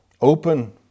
open